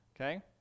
okay